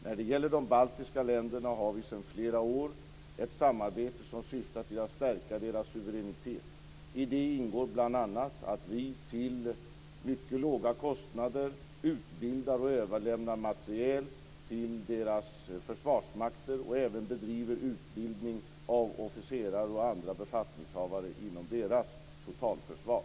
När det gäller de baltiska länderna har vi sedan flera år ett samarbete som syftar till att stärka deras suveränitet. I det ingår bl.a. att vi till mycket låga kostnader utbildar och överlämnar materiel till deras försvarsmakter, och även bedriver utbildning av officerare och andra befattningshavare inom deras totalförsvar.